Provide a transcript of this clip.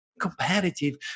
competitive